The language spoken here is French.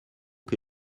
que